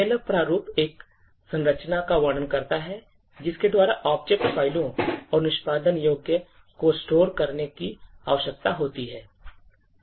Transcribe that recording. Elf प्रारूप एक संरचना का वर्णन करता है जिसके द्वारा object फ़ाइलों और निष्पादन योग्य को store करने की आवश्यकता होती है